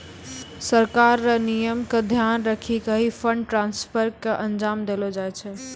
सरकार र नियम क ध्यान रखी क ही फंड ट्रांसफर क अंजाम देलो जाय छै